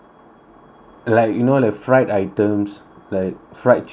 like you know the fried items like fried chicken